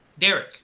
Derek